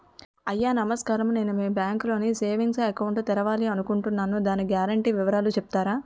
అయ్యా నమస్కారం నేను మీ బ్యాంక్ లో సేవింగ్స్ అకౌంట్ తెరవాలి అనుకుంటున్నాను దాని గ్యారంటీ వివరాలు చెప్తారా?